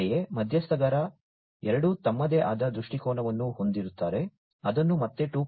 ಅಂತೆಯೇ ಮಧ್ಯಸ್ಥಗಾರ 2 ತಮ್ಮದೇ ಆದ ದೃಷ್ಟಿಕೋನವನ್ನು ಹೊಂದಿರುತ್ತಾರೆ ಅದನ್ನು ಮತ್ತೆ 2